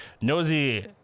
nosy